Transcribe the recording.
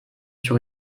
sur